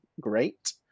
Great